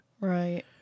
Right